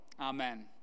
Amen